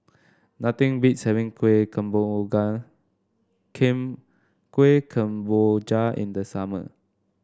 nothing beats having king Kueh Kemboja in the summer